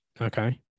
Okay